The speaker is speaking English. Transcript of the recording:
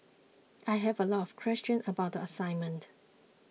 I have a lot of questions about the assignment